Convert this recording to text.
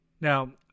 Now